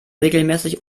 regelmäßig